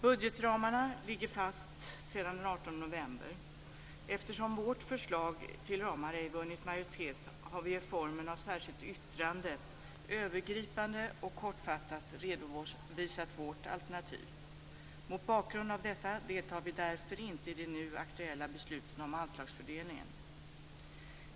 Budgetramarna ligger fast sedan den 18 november. Eftersom vårt förslag till ramar ej vunnit majoritet har vi i form av ett särskilt yttrande övergripande och kortfattat redovisat våra alternativ. Mot bakgrund av detta deltar vi därför inte i det nu aktuella beslutet om anslagsfördelning.